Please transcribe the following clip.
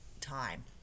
time